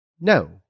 No